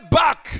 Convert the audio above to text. back